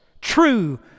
true